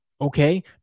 Okay